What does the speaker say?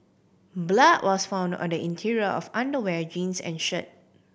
blood was found on the interior of underwear jeans and shirt